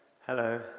Hello